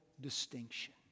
distinction